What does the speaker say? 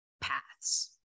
paths